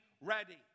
ready